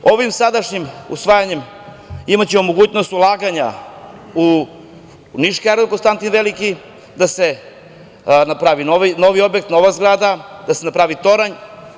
Ovim sadašnjim usvajanjem imaćemo mogućnost ulaganja u niški aerodrom „Konstantin Veliki“ da se napravi novi objekat, nova zgrada, da se napravi toranj.